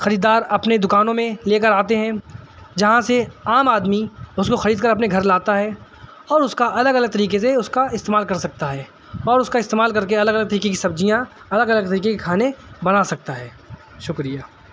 خریدار اپنے دکانوں میں لے کر آتے ہیں جہاں سے عام آدمی اس کو خرید کر اپنے گھر لاتا ہے اور اس کا الگ الگ طریقے سے اس کا استعمال کر سکتا ہے اور اس کا استعمال کر کے الگ الگ طریقے کی سبزیاں الگ الگ طریقے کے کھانے بنا سکتا ہے شکریہ